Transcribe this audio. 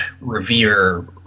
revere